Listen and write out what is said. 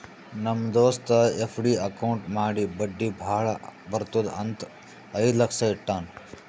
ನಮ್ ದೋಸ್ತ FD account ಮಾಡಿ ಬಡ್ಡಿ ಭಾಳ ಬರ್ತುದ್ ಅಂತ್ ಐಯ್ದ ಲಕ್ಷ ಇಟ್ಟಾನ್